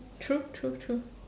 true true true